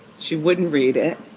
she wouldn't read it